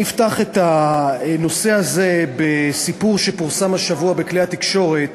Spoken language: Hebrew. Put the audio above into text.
אני אפתח את הנושא הזה בסיפור שפורסם השבוע בכלי התקשורת